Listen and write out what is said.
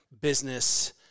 business